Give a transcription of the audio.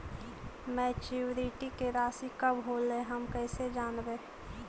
Maturity के रासि कब होलै हम कैसे जानबै?